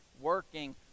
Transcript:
working